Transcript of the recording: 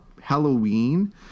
Halloween